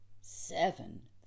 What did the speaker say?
Seven